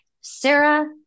Sarah